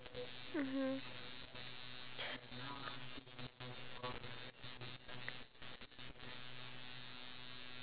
so that's actually a negative impact towards society because if you don't know how to socialise with people